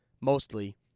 mostly